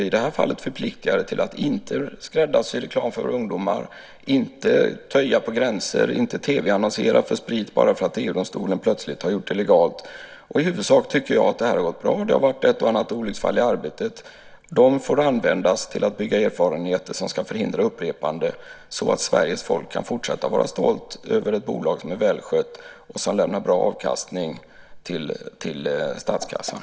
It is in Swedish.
I det här fallet förpliktar det till att inte skräddarsy reklam för ungdomar, inte töja på gränser och inte TV-annonsera för sprit bara för att EG-domstolen plötsligt har gjort det legalt. I huvudsak tycker jag att det hela har gått bra. Det har varit ett och annat olycksfall i arbetet. De får användas till att bygga erfarenheter på som ska förhindra ett upprepande så att Sveriges folk kan fortsätta att vara stolt över ett bolag som är välskött och som lämnar god avkastning till statskassan.